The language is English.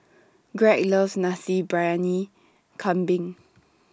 Greg loves Nasi Briyani Kambing